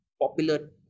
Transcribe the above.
popular